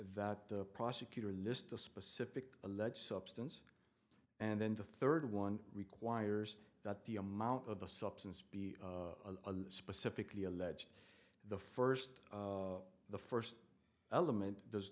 that the prosecutor list the specific alleged substance and then the third one requires that the amount of the substance be a specifically alleged the first the first element does